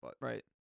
Right